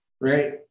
right